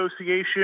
Association